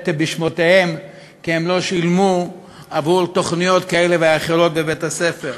בשמותיהם כי הם לא שילמו עבור תוכניות כאלה ואחרות בבית-הספר;